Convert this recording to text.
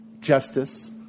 justice